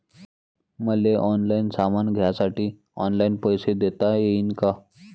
मले ऑनलाईन सामान घ्यासाठी ऑनलाईन पैसे देता येईन का?